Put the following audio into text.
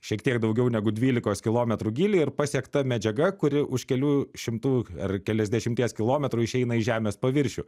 šiek tiek daugiau negu dvylikos kilometrų gylį ir pasiekta medžiaga kuri už kelių šimtų ar keliasdešimties kilometrų išeina į žemės paviršių